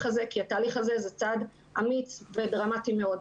הזה כי התהליך הזה הוא צעד אמיץ ודרמטי מאוד.